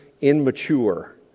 immature